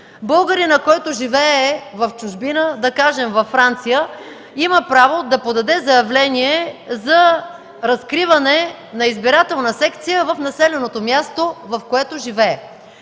българинът, който живее в чужбина, да кажем във Франция, има право да подаде заявление за разкриване на избирателна секция в населеното място, в което живее.